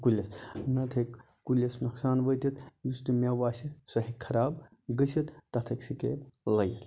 کُلِس نَتہٕ ہیٚکہِ کُلِس نۄقصان وٲتِتھ یُس تہِ میٚوٕ آسہِ سُہ ہیٚکہِ خَراب گٔژھِتھ تتھ ہیٚکہِ سکیپ لٔگِتھ